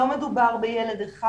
לא מדובר בילד אחד.